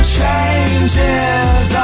Changes